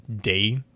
day